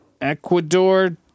Ecuador